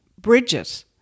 Bridget